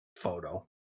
photo